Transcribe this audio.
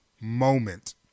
moment